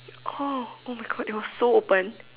oh oh my God that was so open